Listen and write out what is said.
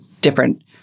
different